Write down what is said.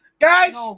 Guys